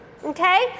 Okay